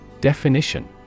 Definition